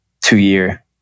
two-year